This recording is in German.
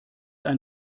ein